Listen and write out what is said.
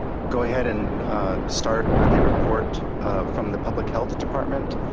go ahead and start with a report from the public health department.